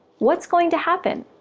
what's going to happen?